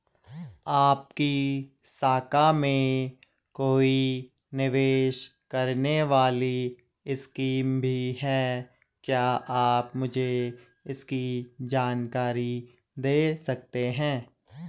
आपकी शाखा में कोई निवेश करने वाली स्कीम भी है क्या आप मुझे इसकी जानकारी दें सकते हैं?